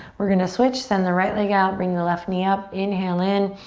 we're gonna switch, send the right leg out, bring the left knee up, inhale in.